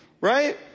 right